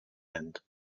end